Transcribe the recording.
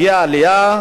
הגיעה העלייה,